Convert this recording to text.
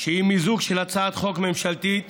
שהיא מיזוג של הצעת חוק ממשלתית